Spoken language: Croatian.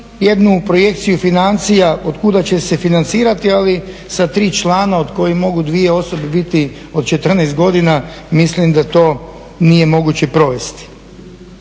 jednu projekciju financija od kuda će se financirati, ali sa 3 člana od kojih mogu 2 osobe biti od 14 godina, mislim da to nije moguće provesti.